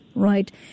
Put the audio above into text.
Right